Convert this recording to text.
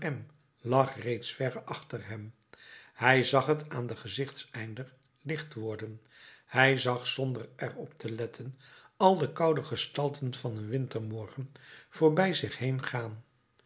lag reeds verre achter hem hij zag t aan den gezichteinder licht worden hij zag zonder er op te letten al de koude gestalten van een wintermorgen voorbij zich